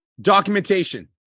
Documentation